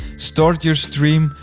start your stream,